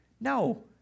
No